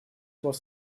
was